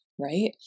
right